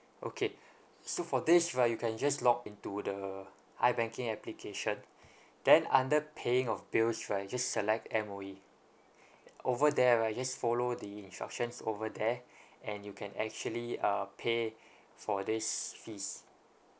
okay so for this right you can just login to the I banking application then under paying of bills right just select M_O_E over there right you just follow the instructions over there and you can actually uh pay for these fees